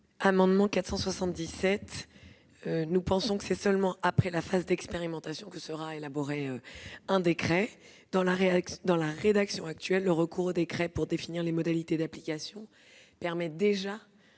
est l'avis du Gouvernement ? C'est seulement après la phase d'expérimentation que sera élaboré un décret. Dans la rédaction actuelle, le recours au décret pour définir les modalités d'application permet déjà